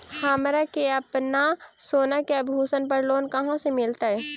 हमरा के अपना सोना के आभूषण पर लोन कहाँ से मिलत?